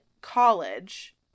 college